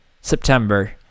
September